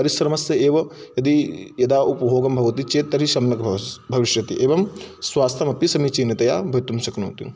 परिश्रमस्य एव यदि यदा उपभोगः भवति चेत् तर्हि सम्यग् भविस् भविष्यति एवं स्वास्थ्यमपि समीचीनतया भवितुं शक्नोति